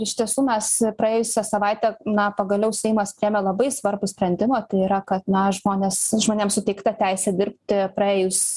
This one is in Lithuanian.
iš tiesų mes praėjusią savaitę na pagaliau seimas priėmė labai svarbų sprendimą tai yra kad na žmonės žmonėms suteikta teisė dirbti praėjus